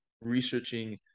researching